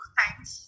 Thanks